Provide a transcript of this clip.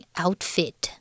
outfit